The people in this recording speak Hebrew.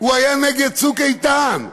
למה הצבעתם בעד?